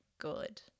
good